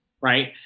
right